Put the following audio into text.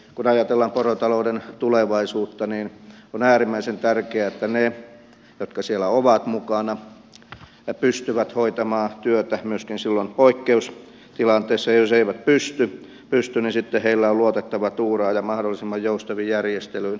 kun ajatellaan porotalouden tulevaisuutta niin on äärimmäisen tärkeää että ne jotka siellä ovat mukana pystyvät hoitamaan työtä myöskin silloin poikkeustilanteessa ja jos eivät pysty niin sitten heillä on luotettava tuuraaja mahdollisimman joustavin järjestelyin